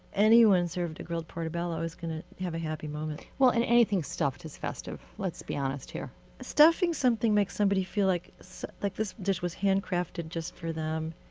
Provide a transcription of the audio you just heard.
anyone served a grilled portabello is going to have a happy moment and anything stuffed is festive, let's be honest here stuffing something makes somebody feel like so like this dish was handcrafted just for them.